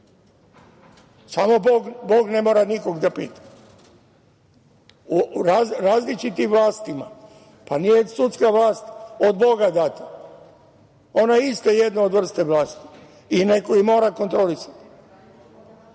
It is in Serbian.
samo Bog ne mora nikoga da pita. U različitim vlastima, nije sudska vlast od Boga data. Ona je isto jedna od vrsta vlasti i neko ih mora kontrolisati. Sada,